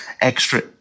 extra